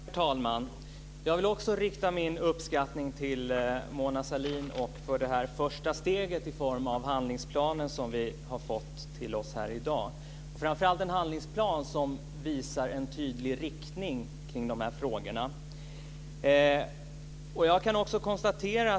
Herr talman! Jag vill också rikta min uppskattning till Mona Sahlin för det här första steget i form av handlingsplanen som vi har fått i dag. Det är en handlingsplan som visar en tydlig riktning i de här frågorna.